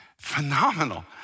Phenomenal